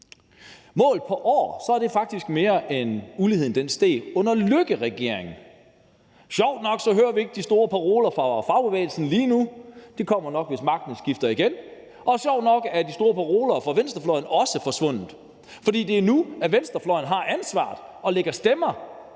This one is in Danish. Målt på år er det faktisk mere, end uligheden steg under Løkkeregeringen. Sjovt nok hører vi ikke de store paroler fra fagbevægelsen lige nu – det kommer nok, hvis magten skifter igen – og sjovt nok er de store paroler fra venstrefløjen også forsvundet. For det er nu, venstrefløjen har ansvaret og lægger stemmer